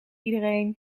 iedereen